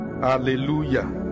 hallelujah